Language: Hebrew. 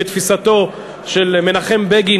בתפיסתו של מנחם בגין,